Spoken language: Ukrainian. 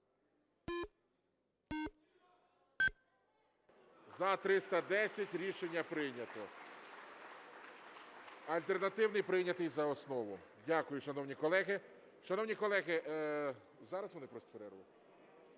За-310 Рішення прийнято. Альтернативний прийнятий за основу. Дякую, шановні колеги. Шановні колеги… Зараз вони просять перерву?